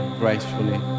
gracefully